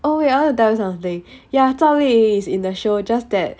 oh wait I want to tell you something ya zhao li ying is in the show just that